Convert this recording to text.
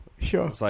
Sure